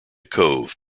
cove